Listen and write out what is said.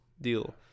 deal